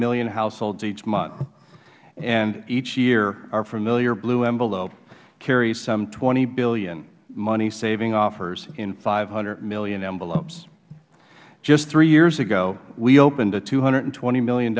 million households each month and each year our familiar blue envelope carries some twenty billion money saving offers in five hundred million envelopes just three years ago we opened a two hundred and twenty